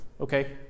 okay